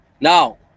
Now